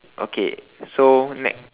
okay so next